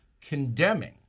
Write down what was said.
condemning